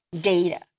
data